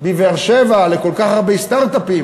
בבאר-שבע לכל כך הרבה סטרט-אפים,